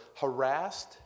harassed